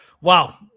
Wow